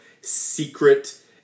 secret